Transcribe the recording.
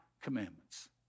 commandments